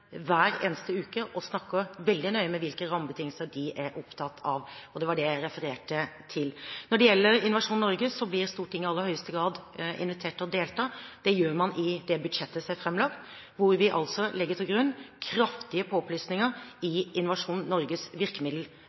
hver eneste uke og snakker veldig nøye med dem om hvilke rammebetingelser de er opptatt av. Det var det jeg refererte til. Når det gjelder Innovasjon Norge, blir Stortinget i aller høyeste grad invitert til å delta. Det gjør man i forbindelse med det budsjettet som er framlagt, hvor vi legger til grunn kraftige påplussinger i Innovasjon Norges